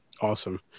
Awesome